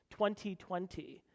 2020